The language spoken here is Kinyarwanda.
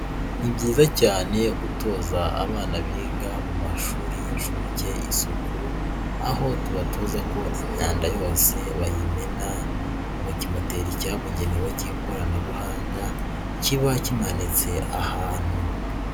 Ni byiza cyane gutoza abana biga mu mashuri y'inshuke isuku, aho tubatoza ko imyanda yose bayimena mu kimoteri cyabugenewe cy'ikoranabuhanga kiba kimanitse ahantu.